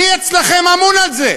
מי אצלכם אמון על זה?